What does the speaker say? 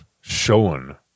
showing